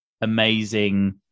amazing